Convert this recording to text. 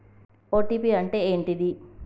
OTP అంటే ఏంటిది?